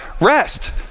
Rest